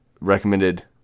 recommended